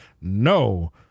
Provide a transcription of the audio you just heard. no